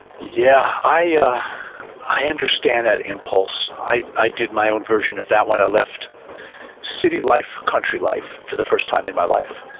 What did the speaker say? yeah, i ah i understand that impulse. i i did my own version of that when i left city life for country life for the first time in my life.